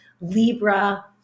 libra